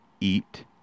eat